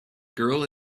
girl